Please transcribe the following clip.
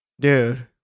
Dude